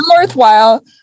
worthwhile